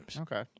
Okay